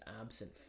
absent